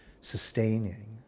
sustaining